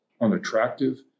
unattractive